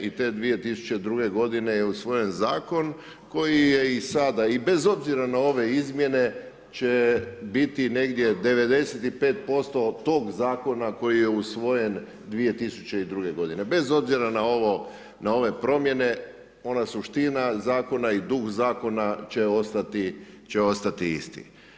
I te 2002. godine je usvojen zakon koji je i sada i bez obzira na ove izmjene će biti negdje 95% tog zakona koji je usvojen 2002. godine, bez obzira na ove promjene, ona suština zakona i duh zakona će ostati isti.